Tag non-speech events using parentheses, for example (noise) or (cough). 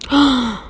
(noise)